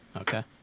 Okay